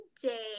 today